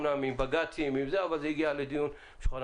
זה אמנם הגיע עם בג"צים אבל זה הגיע לדיון בוועדה.